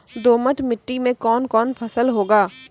दोमट मिट्टी मे कौन कौन फसल होगा?